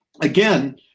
Again